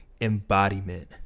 embodiment